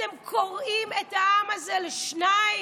אתם קורעים את העם הזה לשניים.